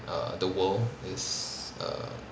err the world is err